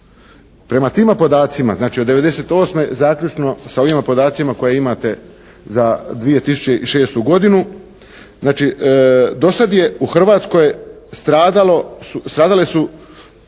Prema tima podacima, znači od '98. zaključno sa ovima podacima koje imate za 2006. godinu znači do sad je u Hrvatskoj stradalo,